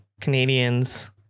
Canadians